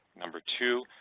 number two,